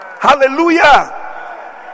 Hallelujah